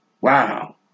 Wow